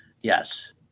Yes